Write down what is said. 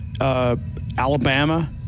Alabama